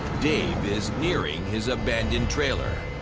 dave is nearing his abandoned trailer.